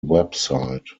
website